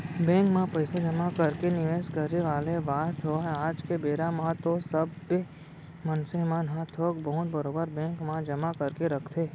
bank म पइसा जमा करके निवेस करे वाले बात होवय आज के बेरा म तो सबे मनसे मन ह थोक बहुत बरोबर बेंक म जमा करके रखथे